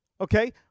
Okay